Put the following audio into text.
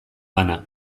bana